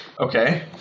Okay